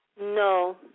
No